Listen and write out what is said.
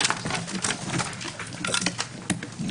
הישיבה ננעלה בשעה 09:53.